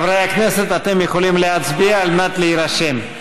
חברי הכנסת, אתם יכולים להצביע על מנת להירשם.